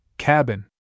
cabin